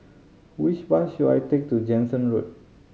which bus should I take to Jansen Road